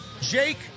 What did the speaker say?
Jake